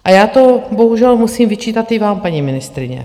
A já to bohužel musím vyčítat i vám, paní ministryně.